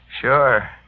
Sure